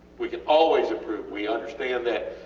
we can always improve, we understand that,